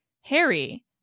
Harry